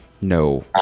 No